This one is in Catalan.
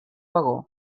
vagó